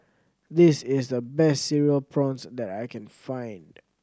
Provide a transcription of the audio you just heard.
this is the best Cereal Prawns that I can find